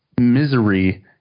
Misery